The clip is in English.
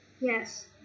Yes